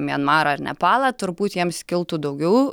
mianmarą ar nepalą turbūt jiems kiltų daugiau